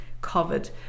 covered